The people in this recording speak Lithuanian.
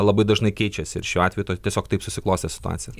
labai dažnai keičiasi ir šiuo atveju to tiesiog taip susiklostė situacija